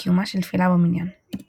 תפקיד זה חיוני במיוחד לקיומה של תפילה